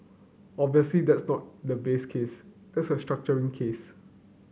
obviously that's not the base case that's the structuring case